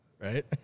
right